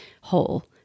whole